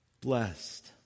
Blessed